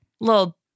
little